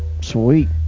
sweet